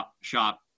shop